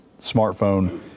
smartphone